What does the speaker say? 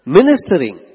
Ministering